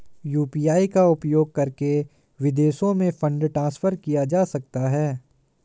UPI का उपयोग करके विदेशों में फंड ट्रांसफर किया जा सकता है?